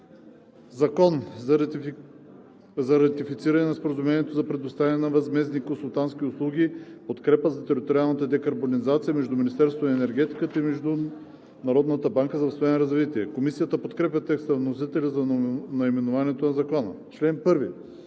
„Закон за ратифициране на Споразумението за предоставяне на възмездни консултантски услуги „Подкрепа за териториална декарбонизация“ между Министерството на енергетиката и Международната банка за възстановяване и развитие“.“ Комисията подкрепя текста на вносителя за наименованието на Закона. „Чл. 1.